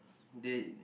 they